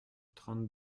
trente